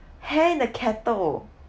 hair in the kettle